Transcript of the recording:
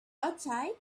outside